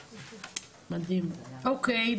אוקיי,